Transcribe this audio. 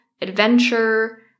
adventure